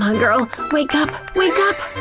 ah girl, wake up! wake up!